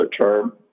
term